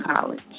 college